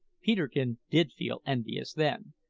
peterkin did feel envious then,